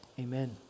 amen